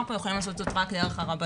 פה יכולים לעשות את זה רק דרך הרבנות.